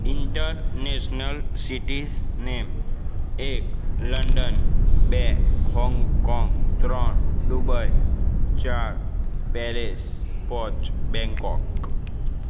international cities name એક London બે Hong Kong ત્રણ દુબઇ ચાર પેરિસ પાંચ બેંગકોક